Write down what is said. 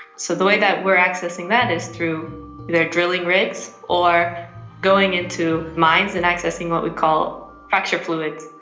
so the way that we are accessing that is through their drilling rigs or going into mines and accessing what we call fracture fluids.